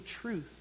truth